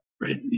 right